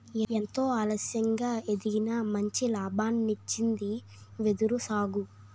ఎంతో ఆలస్యంగా ఎదిగినా మంచి లాభాల్నిచ్చింది వెదురు సాగు